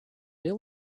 ill